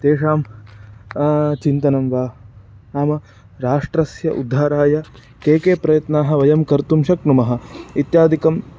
तेषां चिन्तनं वा नाम राष्ट्रस्य उद्धाराय के के प्रयत्नाः वयं कर्तुं शक्नुमः इत्यादिकं